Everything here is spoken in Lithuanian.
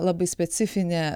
labai specifinė